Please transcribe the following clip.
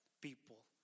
people